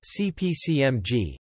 CPCMG